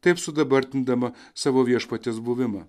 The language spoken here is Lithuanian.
taip sudabartindama savo viešpaties buvimą